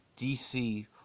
DC